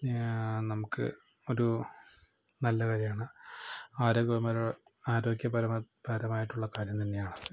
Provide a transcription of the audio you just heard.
ഞാ നമുക്ക് ഒരു നല്ല കാര്യമാണ് ആരോഗ്യകപരമാ ആരോഗ്യപരമായിട്ടുള്ള കാര്യം തന്നെയാണത്